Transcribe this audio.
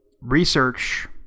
research